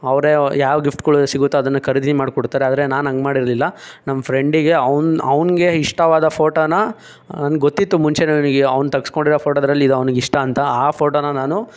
ಅವರೇ ಯಾವ ಗಿಫ್ಟ್ಗಳು ಸಿಗುತ್ತೆ ಅದನ್ನು ಖರೀದಿ ಮಾಡ್ಕೊಡ್ತಾರೆ ಆದರೆ ನಾನು ಹಂಗೆ ಮಾಡಿರಲಿಲ್ಲ ನಮ್ಮ ಫ್ರೆಂಡಿಗೆ ಅವ್ನು ಅವ್ನಿಗೆ ಇಷ್ಟವಾದ ಫೋಟೋನಾ ನನ್ಗೆ ಗೊತ್ತಿತ್ತು ಮುಂಚೆನೇ ನನಗೆ ಅವ್ನು ತಗಿಸ್ಕೊಂಡಿರೋ ಫೋಟೋದ್ರಲ್ಲಿ ಇದು ಅವ್ನಿಗೆ ಇಷ್ಟ ಅಂತ ಆ ಫೋಟೋನಾ ನಾನು